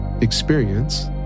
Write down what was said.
experience